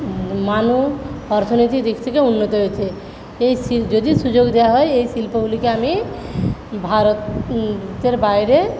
মানুষ অর্থনৈতিক দিক থেকে উন্নত হয়েছে এই যদি সুযোগ দেওয়া হয় এই শিল্পগুলিকে আমি ভারতের বাইরে